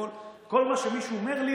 וכל מה שמישהו אומר לי,